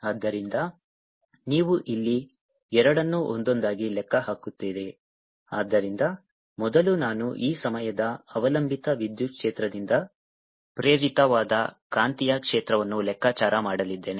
ಆದ್ದರಿಂದ ನೀವು ಇಲ್ಲಿ ಎರಡನ್ನೂ ಒಂದೊಂದಾಗಿ ಲೆಕ್ಕ ಹಾಕುತ್ತೀರಿ ಆದ್ದರಿಂದ ಮೊದಲು ನಾನು ಈ ಸಮಯದ ಅವಲಂಬಿತ ವಿದ್ಯುತ್ ಕ್ಷೇತ್ರದಿಂದ ಪ್ರೇರಿತವಾದ ಕಾಂತೀಯ ಕ್ಷೇತ್ರವನ್ನು ಲೆಕ್ಕಾಚಾರ ಮಾಡಲಿದ್ದೇನೆ